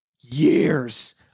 years